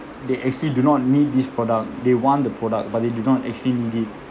they actually do not need this product they want the product but they do not actually need it